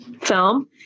film